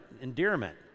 endearment